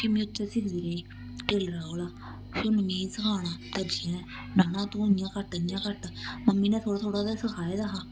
फ्ही में उत्थे सिखदी रेही टेलर कोला फ्ही इन्न मिगी सखाना दर्जियै ने आखना तूं इ'यां घट्ट इ'यां घट्ट मम्मी ने थोह्ड़ा थोह्ड़ा ते सखाए दा हा